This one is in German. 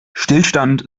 stillstand